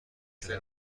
شده